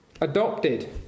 Adopted